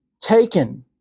taken